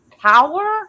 power